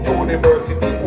university